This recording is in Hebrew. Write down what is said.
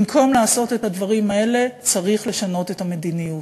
במקום לעשות את הדברים האלה צריך לשנות את המדיניות.